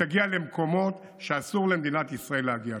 תגיע למקומות שאסור למדינת ישראל להגיע.